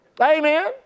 Amen